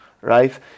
right